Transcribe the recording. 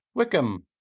wickham!